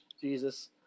Jesus